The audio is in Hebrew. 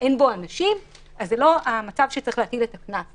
שאין בו אנשים זה לא מצב שצריך להטיל את הקנס.